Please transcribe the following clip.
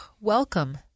welcome